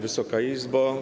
Wysoka Izbo!